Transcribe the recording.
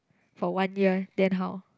for one year then how